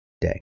day